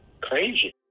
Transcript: crazy